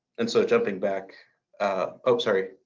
and so, jumping back oh, sorry.